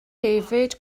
hefyd